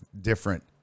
different